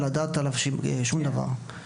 לדעת עליו שום דבר.